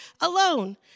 alone